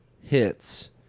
hits